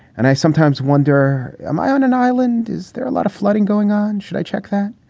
and i sometimes wonder, am i on an island? is there a lot of flooding going on? should i check that?